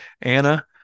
Anna